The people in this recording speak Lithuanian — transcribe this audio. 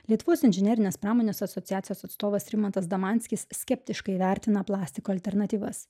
lietuvos inžinerinės pramonės asociacijos atstovas rimantas damanskis skeptiškai vertina plastiko alternatyvas